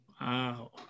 Wow